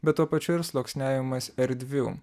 bet tuo pačiu ir sluoksniavimas erdvių